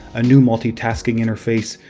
a new multitasking interface,